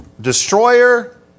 destroyer